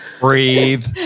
Breathe